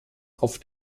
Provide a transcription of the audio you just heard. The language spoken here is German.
auf